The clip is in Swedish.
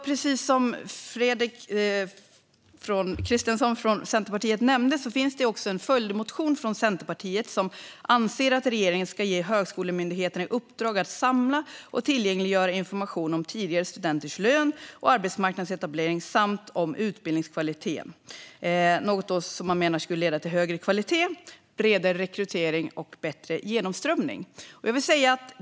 Precis som Fredrik Christensson från Centerpartiet nämnde finns det också en följdmotion från Centerpartiet som anser att regeringen ska ge högskolemyndigheterna i uppdrag att samla och tillgängliggöra information om tidigare studenters lön och arbetsmarknadsetablering samt om utbildningskvaliteten. Man menar att det skulle leda till högre kvalitet, bredare rekrytering och bättre genomströmning.